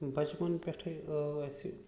بَچپَن پٮ۪ٹھَے ٲسۍ